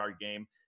game